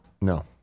No